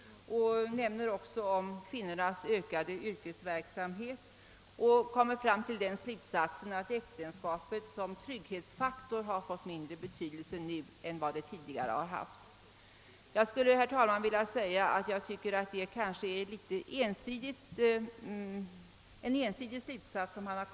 Dessutom nämner han kvinnornas ökade yrkesverksamhet och kommer fram till den slutsatsen att äktenskapet som trygghetsinrättning fått mindre betydelse än det tidigare haft. Herr talman! Enligt min mening drar departementschefen i detta sammanhang en något ensidig slutsats.